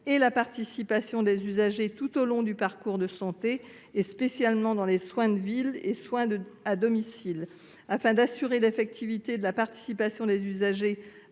et la participation des usagers tout au long du parcours de santé et tout spécialement dans les soins de ville et les soins à domicile. Afin d’assurer l’effectivité de la participation des usagers